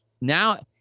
now